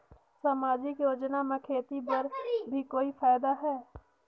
समाजिक योजना म खेती बर भी कोई फायदा है?